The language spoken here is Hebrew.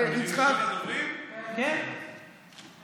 חבר הכנסת פינדרוס, אתה